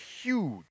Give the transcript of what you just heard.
huge